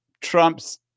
Trump's